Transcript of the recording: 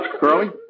Curly